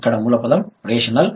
ఇక్కడ మూల పదం రేషనల్